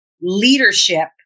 leadership